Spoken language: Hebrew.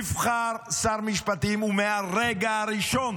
נבחר שר משפטים, ומהרגע הראשון